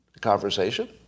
conversation